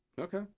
okay